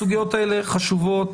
הסוגיות האלה הן חשובות,